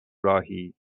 راهی